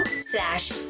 slash